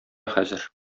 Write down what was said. хәзер